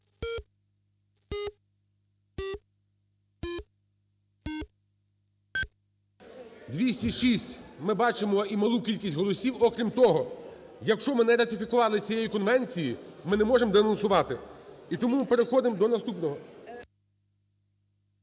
За-206 Ми бачимо і малу кількість голосів. Окрім того, якщо ми не ратифікували цієї конвенції, ми не можемо денонсувати. І тому ми переходимо до наступного…